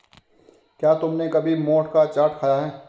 क्या तुमने कभी मोठ का चाट खाया है?